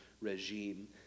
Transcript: regime